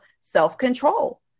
self-control